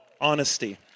honesty